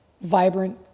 vibrant